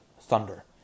thunder